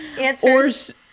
answers